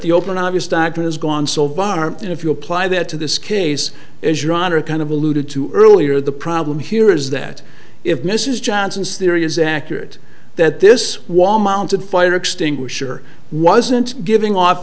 the open obvious dr has gone so far and if you apply that to this case as your honor kind of alluded to earlier the problem here is that if mrs johnson's theory is accurate that this wall mounted fire extinguisher wasn't giving off